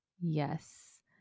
Yes